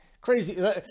Crazy